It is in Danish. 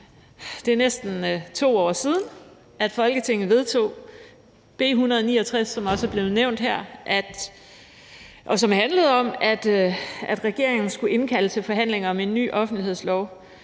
Det er næsten 2 år siden, at Folketinget vedtog B 169, som også er blevet nævnt her, og som handlede om, at regeringen skulle indkalde til forhandlinger om en ny offentlighedslov.